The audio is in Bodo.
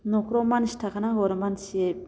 न'खराव मानसि थाखानांगौ आरो मानसि